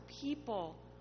people